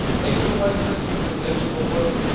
thanks to the widespread use of vegetable oils,